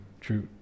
true